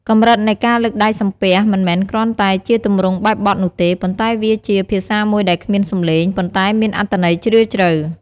កម្រិតនៃការលើកដៃសំពះមិនមែនគ្រាន់តែជាទម្រង់បែបបទនោះទេ ប៉ុន្តែវាជា ភាសាមួយដែលគ្មានសំឡេង ប៉ុន្តែមានអត្ថន័យជ្រាលជ្រៅ។